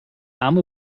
arme